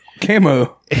Camo